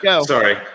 Sorry